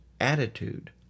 attitude